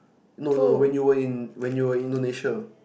no no no when you were in when you were in Indonesia